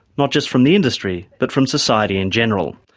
not just from the industry, but from society in general.